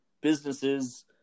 businesses